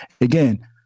again